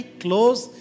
close